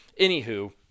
anywho